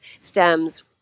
stems